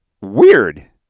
weird